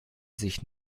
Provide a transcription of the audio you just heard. sich